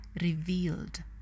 revealed